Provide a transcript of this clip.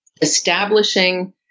establishing